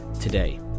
today